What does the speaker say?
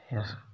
फिर